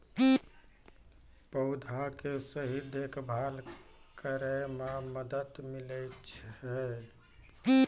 पौधा के सही देखभाल करै म मदद मिलै छै